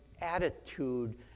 attitude